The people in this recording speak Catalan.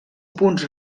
punts